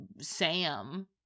Sam